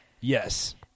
Yes